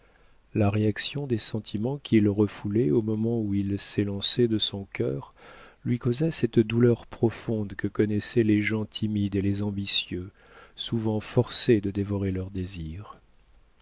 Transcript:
la réaction des sentiments qu'il refoulait au moment où ils s'élançaient de son cœur lui causa cette douleur profonde que connaissent les gens timides et les ambitieux souvent forcés de dévorer leurs désirs